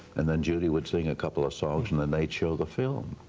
and then judy would sing a couple of songs and and they'd show the film.